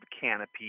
canopy